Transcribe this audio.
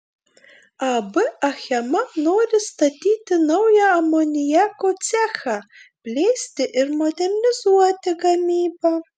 ab achema nori statyti naują amoniako cechą plėsti ir modernizuoti gamybą